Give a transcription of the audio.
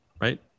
Right